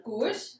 Good